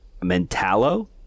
Mentalo